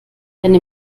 eine